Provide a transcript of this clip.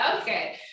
Okay